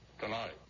tonight